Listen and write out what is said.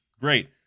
great